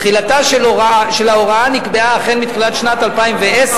תחילתה של ההוראה נקבעה מתחילת שנת 2010,